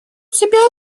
себя